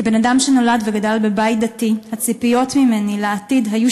כבן-אדם שנולד וגדל בבית דתי הציפיות ממני לעתיד היו